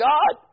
God